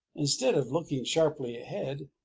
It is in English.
instead of looking sharply ahead,